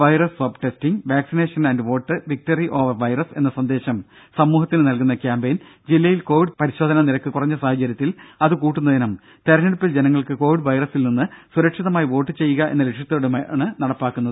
virus swab testing vaccination and vote victory over virus എന്ന സന്ദേശം സമൂഹത്തിന് നൽകുന്ന ക്യാമ്പയിൻ ജില്ലയിൽ കോവിഡ് പരിശോധന നിരക്ക് കുറഞ്ഞ സാഹചര്യത്തിൽ അത് കൂട്ടുന്നതിനും തിരഞ്ഞെടുപ്പിൽ ജനങ്ങൾക്ക് കോവിഡ് വൈറസിൽ നിന്ന് സുരക്ഷിതമായി വോട്ട് ചെയ്യുക എന്ന ലക്ഷ്യത്തോടെയുമാണ് നടപ്പാക്കുന്നത്